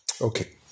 Okay